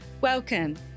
Welcome